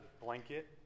blanket